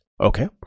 okay